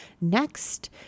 next